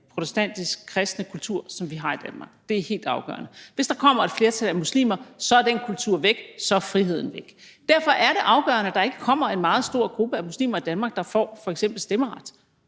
protestantisk-kristne kultur, som vi har i Danmark. Det er helt afgørende. Hvis der kommer et flertal af muslimer, er den kultur væk, så er friheden væk. Derfor er det afgørende, at der ikke kommer en meget stor gruppe af muslimer i Danmark, der får f.eks. stemmeret.